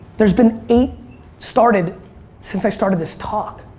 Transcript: there's been eight started since i started this talk.